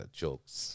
jokes